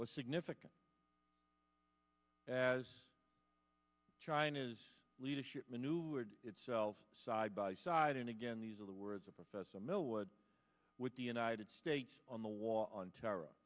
was significant as china's leadership maneuvered itself side by side and again these are the words of professor millwood with the united states on the war on terror